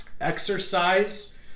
exercise